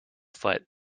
foot